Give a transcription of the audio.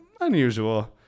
unusual